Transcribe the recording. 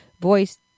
voice